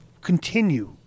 continue